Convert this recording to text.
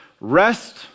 rest